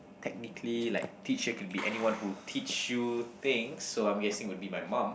technically like teacher could be anyone who teach you things so I'm guessing would be my mum